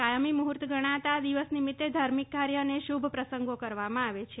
કાયમી મુહર્ત ગણાતા આ દિવસ નિમિતે ધાર્મિક કાર્ય અને શુભ પ્રસંગો કરવામાં આવે છે